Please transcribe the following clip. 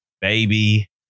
Baby